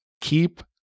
Keep